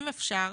אם אפשר